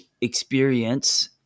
experience